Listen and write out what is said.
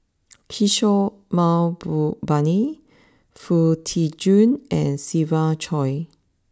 Kishore Mahbubani Foo Tee Jun and Siva Choy